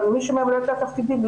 מי שממלא את התפקידים,